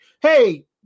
Hey